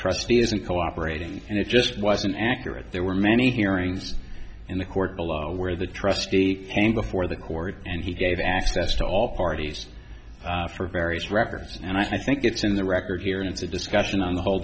trustee isn't cooperating and it just wasn't accurate there were many hearings in the court below where the trustee came before the court and he gave access to all parties for various records and i think it's in the record here in the discussion on the whole